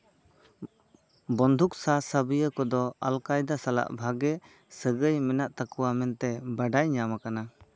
ᱵᱚᱱᱫᱷᱩᱠ ᱥᱟᱼᱥᱟᱵᱤᱭᱟᱹ ᱠᱚᱫᱚ ᱟᱞᱠᱟᱭᱫᱟ ᱥᱟᱞᱟᱜ ᱵᱷᱟᱜᱮ ᱥᱟᱹᱜᱟᱹᱭ ᱢᱮᱱᱟᱜ ᱛᱟᱠᱚᱣᱟ ᱢᱮᱱᱛᱮ ᱵᱟᱰᱟᱭ ᱧᱟᱢ ᱠᱟᱱᱟ